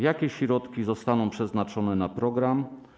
Jakie środki zostaną przeznaczone na program?